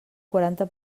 quaranta